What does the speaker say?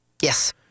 Yes